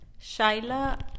Shaila